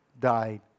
died